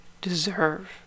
deserve